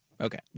Okay